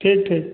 ठीक ठीक